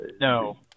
No